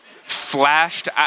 Flashed